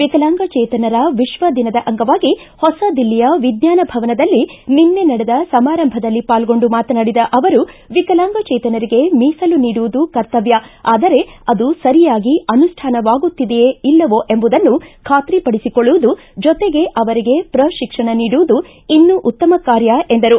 ವಿಕಲಾಂಗಜೇತನರ ವಿಶ್ವ ದಿನದ ಅಂಗವಾಗಿ ಹೊಸ ದಿಲ್ಲಿಯ ವಿಜ್ಞಾನ ಭವನದಲ್ಲಿ ನಿನ್ನೆ ನಡೆದ ಸಮಾರಂಭದಲ್ಲಿ ಪಾಲ್ಗೊಂಡು ಮಾತನಾಡಿದ ಅವರು ವಿಕಲಾಂಗಜೇತನರಿಗೆ ಮೀಸಲು ನೀಡುವುದು ಕರ್ತಮ್ಯ ಆದರೆ ಅದು ಸರಿಯಾಗಿ ಅನುಷ್ಠಾನವಾಗುತ್ತಿದೆಯೇ ಇಲ್ಲವೋ ಎಂಬುದನ್ನು ಖಾತ್ರಿ ಪಡಿಸಿಕೊಳ್ಳುವುದು ಜೊತೆಗೆ ಅವರಿಗೆ ಪ್ರಶಿಕ್ಷಣ ನೀಡುವುದು ಇನ್ನೂ ಉತ್ತಮ ಕಾರ್ಯ ಎಂದರು